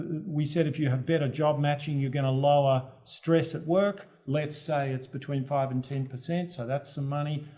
we said if you have better job matching you're going to lower stress at work. let's say it's between five and ten, so that's some money.